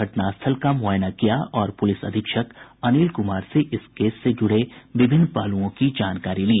उन्होंने घटनास्थल का मुआयना किया और पुलिस अधीक्षक अनिल कुमार से इस केस से जुड़े विभिन्न पहलुओं की जानकारी ली